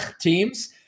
teams